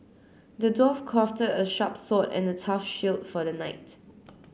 the dwarf crafted a sharp sword and a tough shield for the knight